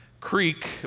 creek